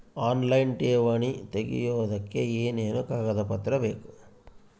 Online ಠೇವಣಿ ತೆಗಿಯೋದಕ್ಕೆ ಏನೇನು ಕಾಗದಪತ್ರ ಬೇಕು?